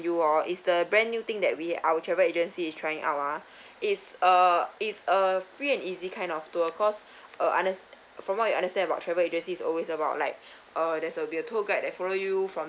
you uh is the brand new thing that we our travel agency is trying out uh is a is a free and easy kind of tour cause uh unders~ from what you understand about travel agency is always about like uh there's will be a tour guide that follow you from